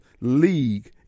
league